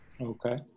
Okay